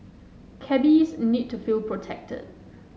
cabbies need to feel protected